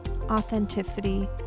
authenticity